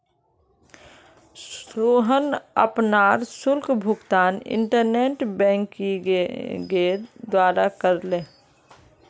सोहन अपनार शुल्क भुगतान इंटरनेट बैंकिंगेर द्वारा करले